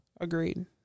Agreed